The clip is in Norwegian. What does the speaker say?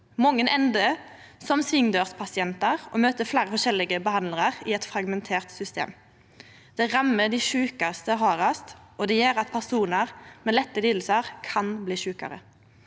Mange endar som svingdørspasientar og møter fleire forskjellige behandlarar i eit fragmentert system. Det rammar dei sjukaste hardast, og det gjer at personar med lette lidingar kan bli sjukare.